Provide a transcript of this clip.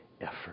effort